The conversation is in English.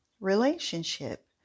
relationship